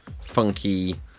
funky